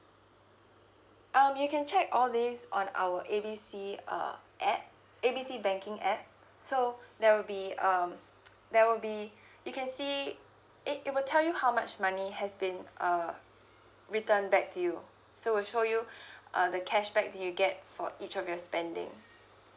um you can check all this on our A B C uh app A B C banking app so there will be um there will be you can see it it will tell you how much money has been uh return back to you so will show you uh the cashback did you get for each of your spending